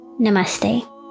Namaste